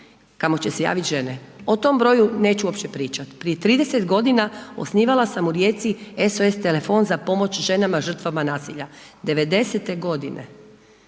kamo će se javit žene. O tom broju neću uopće pričat, prije 30 g. osnivala sam u Rijeci SOS telefon za pomoć ženama žrtvama nasilja, 90-te godine,